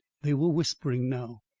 they were whispering now.